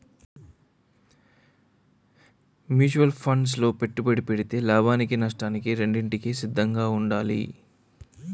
mutual funds లో పెట్టుబడి పెడితే లాభానికి నష్టానికి రెండింటికి సిద్ధంగా ఉండాలి